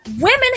women